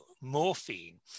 morphine